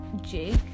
Jake